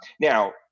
Now